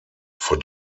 vor